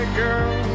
girl